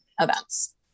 events